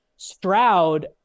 Stroud